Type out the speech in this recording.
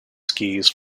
skis